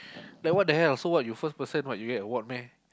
like what the hell so what you first person what you get award meh